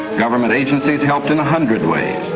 government agencies helped in a hundred ways.